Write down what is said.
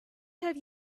have